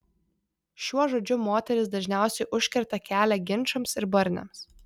šiuo žodžiu moterys dažniausiai užkerta kelią ginčams ir barniams